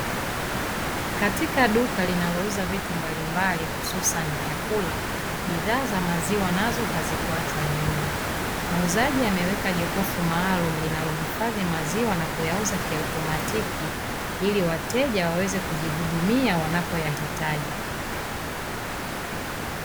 Katika duka linalouza vitu mbalimbali hususa ni vyakula, bidhaa za maziwa nazo hazikuachwa nyuma, muuzaji ameweka jokofu maalumu linalohifadhi maziwa na kuyauza kiautomatiki ili wateja waweze kujihudumia wanapoyahitaji.